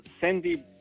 Sandy